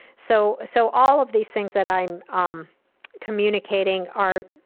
so so all of these things that i'm um communicating are,